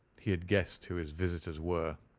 he had guessed who his visitors were.